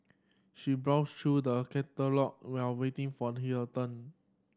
she browsed through the catalogue while waiting for her turn